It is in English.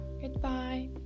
goodbye